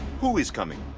who is coming?